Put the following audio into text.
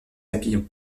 papillons